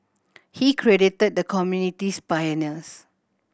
he credited the community's pioneers